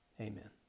amen